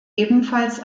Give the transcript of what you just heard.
ebenfalls